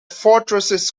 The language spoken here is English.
fortresses